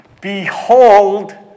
Behold